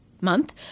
month